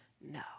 No